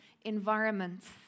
environments